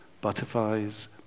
butterflies